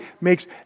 makes